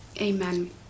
amen